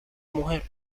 mujer